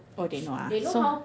oh they know ah so